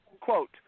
Quote